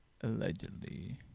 Allegedly